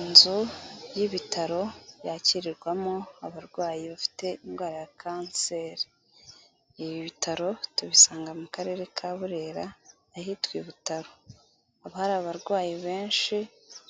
Inzu y'ibitaro yakirirwamo abarwayi bafite indwara ya kanseri. Ibi bitaro tubisanga mu karere ka Burera, ahitwa i Butaro. Hari abarwayi benshi,